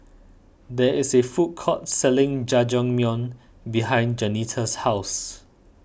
there is a food court selling Jajangmyeon behind Jaunita's house